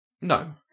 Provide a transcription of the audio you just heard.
No